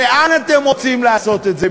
למה אתם רוצים לעשות את זה?